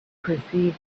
perceived